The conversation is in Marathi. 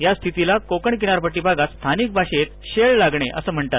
या स्थितीला कोकण किनारपट्टी भागात स्थानिक भाषेत शेळ लागणे असं म्हणतात